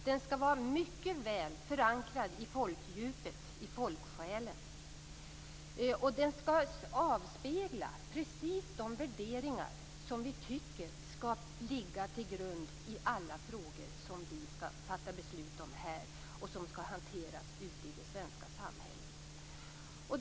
Den skall vara mycket väl förankrad i folkdjupet, i folksjälen, och den skall avspegla precis de värderingar som vi tycker skall ligga till grund för de beslut som vi fattar här och som skall hanteras ute i det svenska samhället.